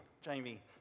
Jamie